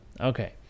Okay